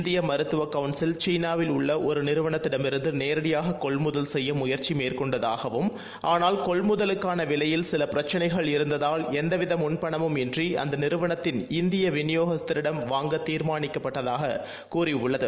இந்தியமருத்துவக் council சீனாவில் உள்ளஒருநிறுவனத்திடமிருந்துநேரடியாககொள்முதல் செய்யமுயற்சிமேற்கொண்டதாகவும் ஆனால் கொள்முதலுக்கானவிவையில் சிலபிரச்சினைகள் இருந்ததால் எந்தவிதமுன்பணமும் இன்றிஅந்தநிறுவனத்தின் இந்தியவிநியோகஸ்தரிடம் வாங்க தீர்மானிக்கப்பட்டதாககூறியுள்ளது